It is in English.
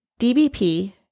DBP